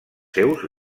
seus